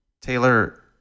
Taylor